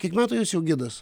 kiek metų jūs jau gidas